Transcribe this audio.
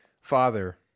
father